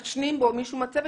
בית ספר שמעשנים בו מישהו מהצוות,